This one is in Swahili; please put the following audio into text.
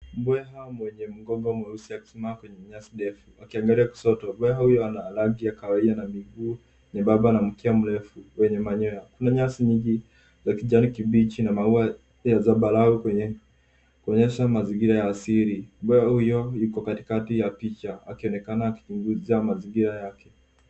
Mbweha mwenye mgongo mweusi akisimama kwenye nyasi ndefu akiangalia kushoto. Mbweha huyo ana rangi ya kahawia na miguu nyembamba na mkia mrefu wenye manyoya. Kuna nyasi nyingi za kijani kibichi na maua ya zambarau kwenye kuonyesha mazingira ya asili. Mbweha huyo yuko katikati ya picha akionekana akichunguza mazingira yake.